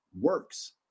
works